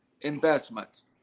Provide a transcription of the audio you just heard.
investments